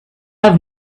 have